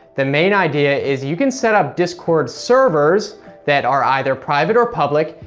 the main idea is you can set up discord servers that are either private or public,